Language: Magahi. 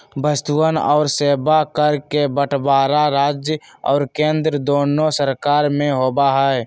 वस्तुअन और सेवा कर के बंटवारा राज्य और केंद्र दुन्नो सरकार में होबा हई